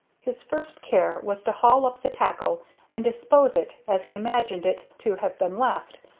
his first care was to haul up the tackle and dispose it as he imagined it to have been left,